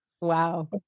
Wow